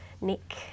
Nick